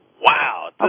wow